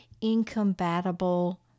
incompatible